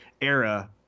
era